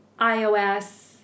iOS